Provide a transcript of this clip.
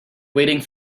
waiting